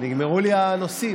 נגמרו לי הנושאים.